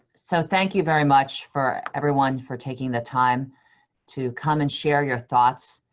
so thank you very much for everyone for taking the time to come and share your thoughts.